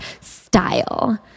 Style